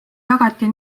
jagati